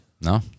No